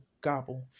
gobble